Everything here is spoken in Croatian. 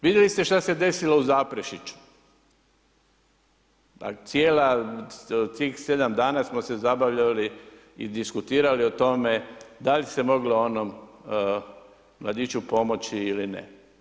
Vidjeli ste što se desilo u Zaprešiću, tih 7 dana smo se zabavljali i diskutirali o tome da li se moglo onom mladiću pomoći ili ne.